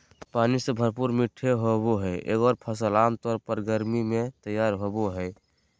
पानी से भरपूर मीठे होबो हइ एगोर फ़सल आमतौर पर गर्मी में तैयार होबो हइ